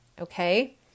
Okay